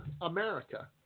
America